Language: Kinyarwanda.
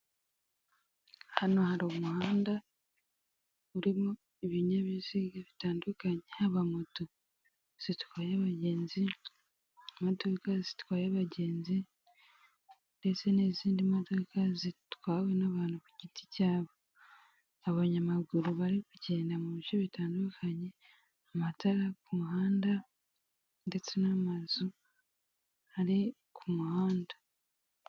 Hano hari umuhanda urimo ibinyabiziga bitandukanye. Haba moto zitwaye abagenzi, imodoka zitwaye abagenzi, ndetse n'izindi modoka zitwawe n'abantu ku giti cyabo. Abanyamaguru bari kugenda mu bice bitandukanye, amatara ku muhanda, ndetse n'amazu ari ku muhanda.